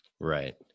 Right